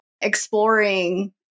exploring